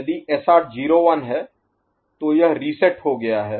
यदि SR 0 1 है तो यह रीसेट हो गया है